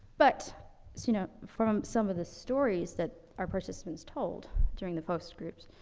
but, so you know, from some of the stories that our participants told during the focus groups,